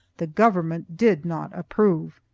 the government did not approve.